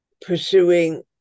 pursuing